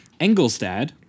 Engelstad